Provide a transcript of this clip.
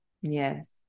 Yes